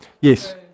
Yes